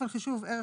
יש